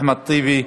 אחמד טיבי,